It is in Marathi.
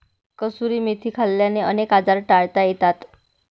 कसुरी मेथी खाल्ल्याने अनेक आजार टाळता येतात